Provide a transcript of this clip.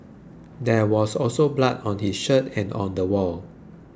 there was also blood on his shirt and on the wall